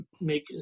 make